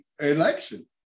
election